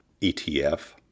ETF